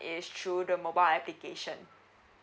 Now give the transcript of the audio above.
is through the mobile application